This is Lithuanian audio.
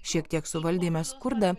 šiek tiek suvaldėme skurdą